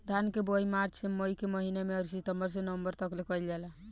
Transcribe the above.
धान के बोआई मार्च से मई के महीना में अउरी सितंबर से नवंबर तकले कईल जाला